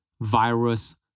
virus